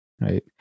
right